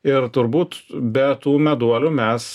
ir turbūt be tų meduolių mes